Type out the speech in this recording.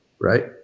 right